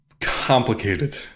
complicated